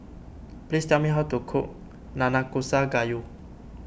please tell me how to cook Nanakusa Gayu